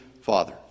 Father